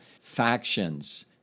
Factions